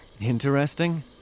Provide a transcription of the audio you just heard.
Interesting